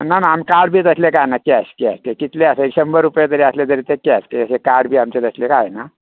ना ना आमी कार्ड बी तसले कायना कॅश कॅश कितलेंय आसू शंबर रुपये जरी आसले तरी ते केश कार्ड बी आमचे तसले कांयना